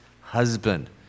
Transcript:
husband